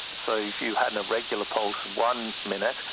so if you had an irregular pulse one minute,